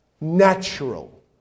natural